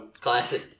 Classic